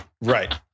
Right